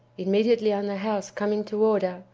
immediately on the house coming to order,